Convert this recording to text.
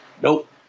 nope